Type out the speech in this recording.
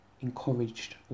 encouraged